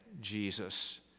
jesus